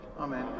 Amen